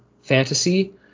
Fantasy